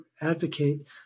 advocate